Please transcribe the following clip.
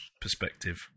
perspective